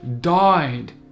died